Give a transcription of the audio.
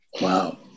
Wow